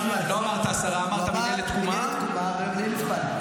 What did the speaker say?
לא אמרתי "עשרה אנשים ממשרד האוצר".